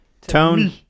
Tone